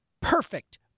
perfect